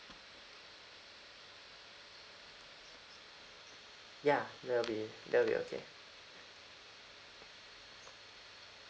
ya that will be that will be okay